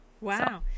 wow